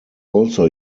also